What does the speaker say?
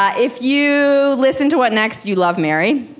ah if you listen to what next. you love mary.